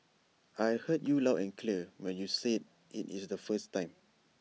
I heard you loud and clear when you said IT is the first time